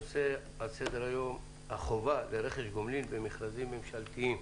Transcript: הנושא על סדר היום "החובה לרכש גומלין במכרזים ממשלתיים".